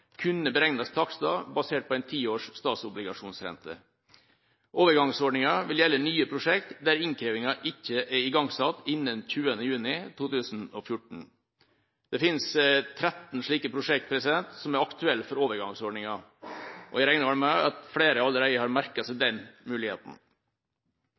kunne beregnes takster basert på en tiårs statsobligasjonsrente. Overgangsordningen vil gjelde nye prosjekter, der innkrevingen ikke er igangsatt innen 20. juni 2014. Det finnes 13 slike prosjekter som er aktuelle for overgangsordningen. Jeg regner med at flere allerede har merket seg